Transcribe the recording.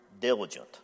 diligent